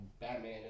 Batman